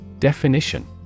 Definition